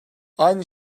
aynı